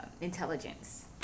intelligence